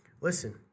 Listen